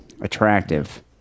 attractive